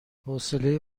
حوصله